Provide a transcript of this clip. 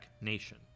nation